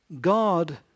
God